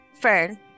Fern